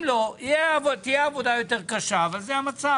אם לא, תהיה עבודה יותר קשה אבל זה המצב.